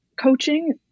coaching